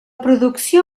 producció